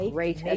Great